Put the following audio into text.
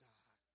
God